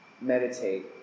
meditate